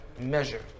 measure